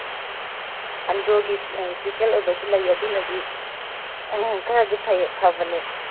ꯑꯟꯗ꯭ꯔꯣꯒꯤ special ꯑꯣꯏꯕꯁꯨ ꯂꯩ ꯑꯗꯨꯅꯗꯤ ꯈꯔꯗꯤ ꯐꯕꯅꯦ